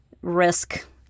risk